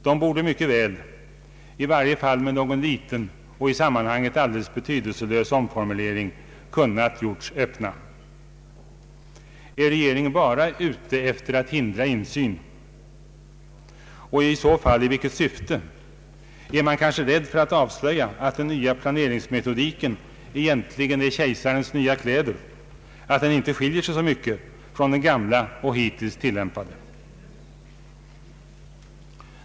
De borde mycket väl — i varje fall med någon liten och i sammanhanget betydelselös omformulering — kunnat gjorts öppna. Är regeringen bara ute efter att hindra insyn? Och i så fall i vilket syfte? är man kanske rädd för att avslöja att den nya planeringsmetodiken egentligen är kejsarens nya kläder, att den inte skiljer sig så mycket från den gamla och hittills tillämpade?